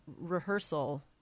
rehearsal